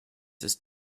ist